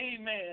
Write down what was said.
amen